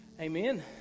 Amen